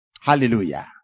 Hallelujah